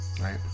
right